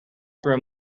brim